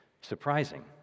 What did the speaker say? surprising